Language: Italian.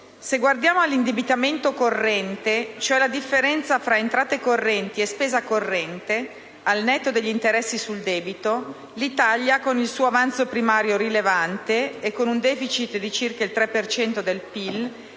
Se guardiamo all'indebitamento corrente, cioè alla differenza fra entrate correnti e spesa corrente al netto degli interessi sul debito, l'Italia con il suo avanzo primario rilevante e con un *deficit* di circa il 3 per